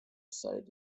site